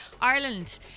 Ireland